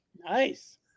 Nice